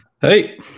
Hey